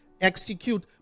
execute